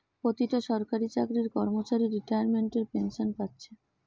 পোতিটা সরকারি চাকরির কর্মচারী রিতাইমেন্টের পেনশেন পাচ্ছে